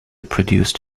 produced